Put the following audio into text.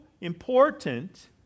important